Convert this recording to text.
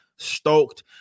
stoked